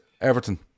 Everton